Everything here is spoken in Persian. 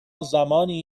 زمانی